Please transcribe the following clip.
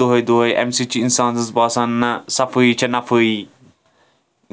دۄہَے دۄہَے اَمہِ سٟتۍ چھِ اِنسانَس باسان نہَ صفٲیِی چھِ صفٲیِی